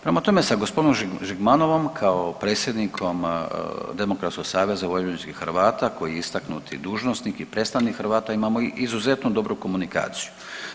Prema tome sa gospodinom Žigmanovom kao predsjednikom Demokratskog saveza vojvođanskih Hrvata koji je istaknuti dužnosnik i predstavnik Hrvata imamo izuzetno dobru komunikaciju.